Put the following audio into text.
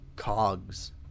cogs